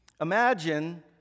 imagine